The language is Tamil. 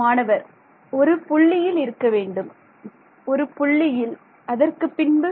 மாணவர் மாணவர் ஒரு புள்ளியில் இருக்க வேண்டும் ஒரு புள்ளியில் அதற்குப் பின்பு